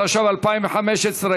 התשע"ו 2015,